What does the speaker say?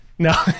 No